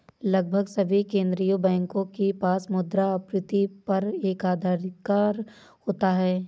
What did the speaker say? लगभग सभी केंदीय बैंकों के पास मुद्रा आपूर्ति पर एकाधिकार होता है